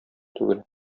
түгел